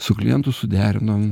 su klientu suderinom